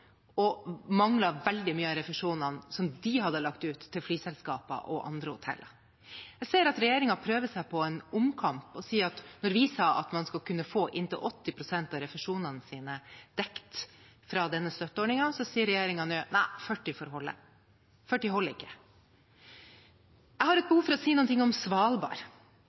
og manglet veldig mye av refusjonene som de hadde lagt ut til flyselskaper og andre hotell. Jeg ser at regjeringen prøver seg på en omkamp. Der vi sa at man skulle kunne få inntil 80 pst. av refusjonene sine dekt av denne støtteordningen, sier regjeringen nå: Nei 40 pst. får holde. 40 pst. holder ikke Jeg har et behov for å si noe om Svalbard.